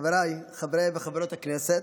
חבריי חברי וחברות הכנסת,